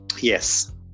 Yes